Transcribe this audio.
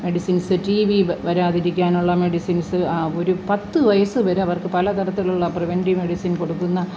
medicines T B വരാതിരിക്കാൻ ഉള്ള medicines ഒരു പത്തു വയസ്സുവരെ അവർക്ക് പലതരത്തിലുള്ള പ്രിവൻ്റീവ് മെഡിസിൻ കൊടുക്കുന്ന